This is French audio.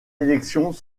élections